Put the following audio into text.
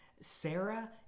Sarah